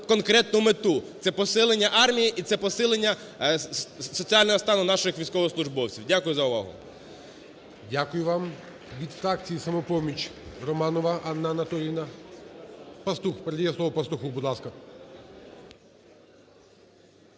конкретну мету – це посилання армії і це посилення соціального стану наших військовослужбовців. Дякую за увагу. ГОЛОВУЮЧИЙ. Дякую вам. Від фракції "Самопоміч" Романова Анна Анатоліївна. Пастух. Передає слово Пастуху. Будь ласка.